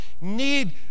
need